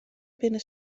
binne